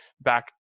back